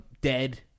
dead